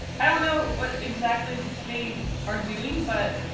i don't know what exactly they are doing, but